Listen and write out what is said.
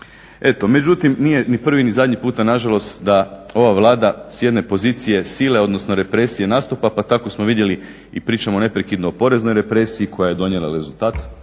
Eto, međutim nije ni prvi ni zadnji puta na žalost da ova Vlada s jedne pozicije sile, odnosno represije nastupa, pa tako smo vidjeli i pričamo neprekidno o poreznoj represiji koja je donijela i rezultat.